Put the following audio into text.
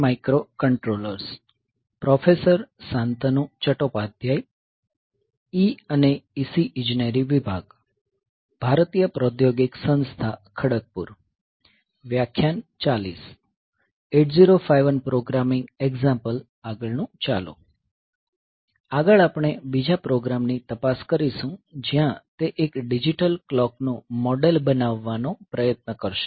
આગળ આપણે બીજા પ્રોગ્રામ ની તપાસ કરીશું જ્યાં તે એક ડિજિટલ ક્લોક નું મોડેલ બનાવવાનો પ્રયત્ન કરશે